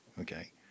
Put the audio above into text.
okay